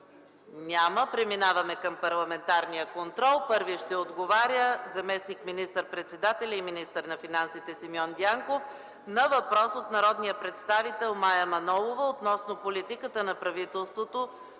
Няма. Преминаваме към парламентарен контрол. Първи ще отговаря заместник министър-председателят и министър на финансите Симеон Дянков на въпрос от народния представител Мая Манолова относно политиката на правителството